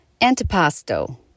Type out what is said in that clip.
Antipasto